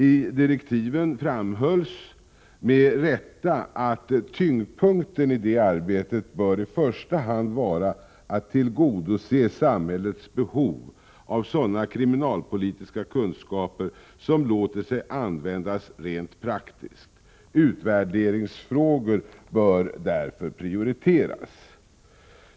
I direktiven framhölls med rätta att tyngdpunkten i det arbetet i första hand bör vara att tillgodose samhällets behov av sådana kriminalpolitiska kunskaper som låter sig användas rent praktiskt. Utvärderingsfrågor bör därför prioriteras, heter det i direktiven.